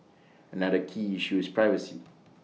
another key issue is privacy